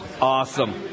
Awesome